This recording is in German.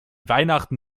weihnachten